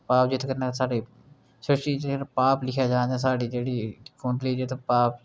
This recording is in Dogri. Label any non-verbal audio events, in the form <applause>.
पाप जित्थें कन्नै साढ़ै <unintelligible> पाप दिक्खेआ जा साढ़ी जेह्ड़ी कुंडली जित्थें पाप